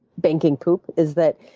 banking poop is that,